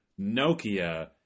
Nokia